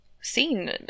seen